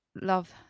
love